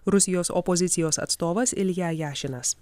rusijos opozicijos atstovas ilja jašinas